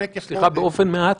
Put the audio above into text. סליחה, באופן מעט?